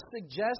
suggest